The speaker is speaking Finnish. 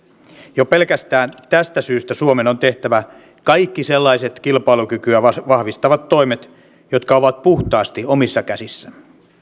jo pelkästään tästä syystä suomen on tehtävä kaikki sellaiset kilpailukykyä vahvistavat toimet jotka ovat puhtaasti omissa käsissämme